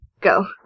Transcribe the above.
go